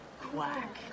quack